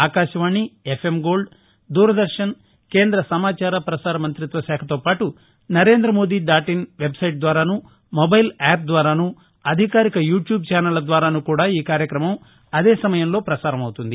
Akashvani F M gold Doordarshan కేంద సమాచార ప్రసార మంతిత్వ శాఖతో పాటు Narendra Modi dot in website ద్వారాను మొబైల్ యాప్ ద్వారాను అధికారిక యూ ట్యూబ్ చానళ్ళ ద్వారాను కూడా ఈ కార్యక్రం అదే సమయంలో పసారం అవుతుంది